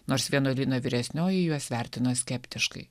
nors vienuolyno vyresnioji juos vertino skeptiškai